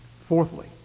Fourthly